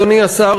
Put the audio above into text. אדוני השר,